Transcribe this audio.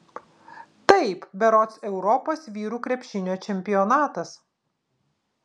taip berods europos vyrų krepšinio čempionatas